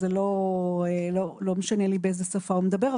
לא משנה לי באיזו שפה הוא מדבר.